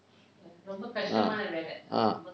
ah ah